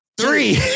three